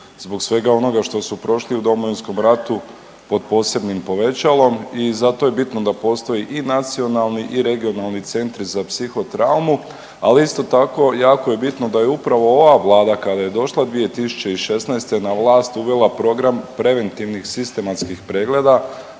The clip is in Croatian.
zbog svega onoga što su prošli u Domovinskom ratu pod posebnim povećalom. I zato je bitno da postoji i nacionalni i regionalni centri za psiho traumu. Ali isto tako jako je bitno da je upravo ova Vlada kada je došla 2016. na vlast uvela program preventivnih sistematskih pregleda